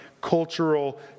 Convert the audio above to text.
cultural